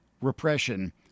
repression